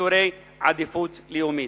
כאזורי עדיפות לאומית.